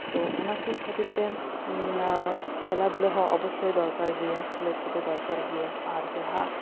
ᱫᱚ ᱚᱱᱟ ᱠᱚᱡ ᱠᱷᱟᱹᱛᱤᱨ ᱛᱮ ᱠᱷᱮᱞᱟ ᱫᱷᱩᱞᱟ ᱦᱚᱸ ᱚᱵᱚᱥᱥᱳᱭ ᱫᱚᱨᱠᱟᱨ ᱜᱮᱭᱟ ᱠᱷᱮᱞᱳᱰ ᱠᱚᱫᱚ ᱫᱚᱨᱠᱟᱨ ᱜᱮᱭᱟ ᱟᱨ ᱡᱟᱦᱟᱸ